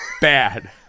bad